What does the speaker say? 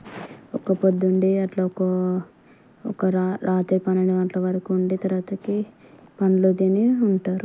ఒక్కపొద్దు ఉండి అట్లా ఒక్క ఒక్క రా రాత్రి పన్నెండు గంటల వరకు ఉండి తరువాతకి పండ్లు తిని ఉంటారు